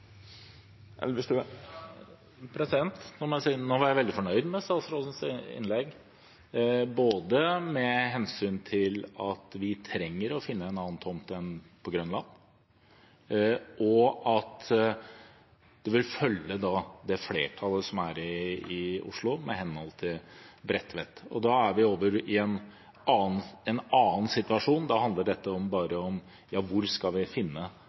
Nå var jeg veldig fornøyd med statsrådens innlegg, både med hensyn til at vi trenger å finne en annen tomt enn på Grønland, og med hensyn til at man vil følge det flertallet som er i Oslo, med tanke på Bredtvet. Da er vi i en annen situasjon. Da handler dette bare om hvor vi kan finne en tomt for et nytt Oslo fengsel. Vi